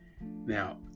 now